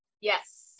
Yes